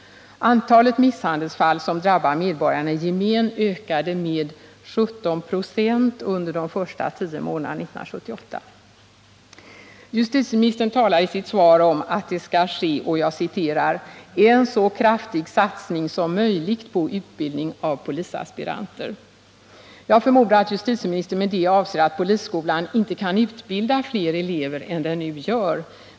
Antalet misshandelsfall som drabbade medborgarna i gemen ökade med 17 96 under de första tio månaderna 1978. Justitieministern talar i sitt svar om att det skall ske ”en så kraftig satsning som möjligt på utbildning av polisaspiranter”. Jag förmodar att justitieministern med det avser att polisskolan inte kan utbilda fler elever än den nu gör.